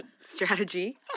Strategy